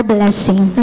Blessing